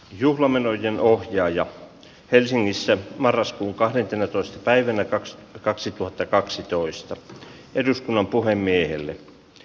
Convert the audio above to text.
juhlamenojen ohjaaja helsingissä marraskuun kahdentenatoista päivänä kaks kaksituhattakaksitoista tähän istuntoon